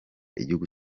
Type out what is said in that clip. igihugu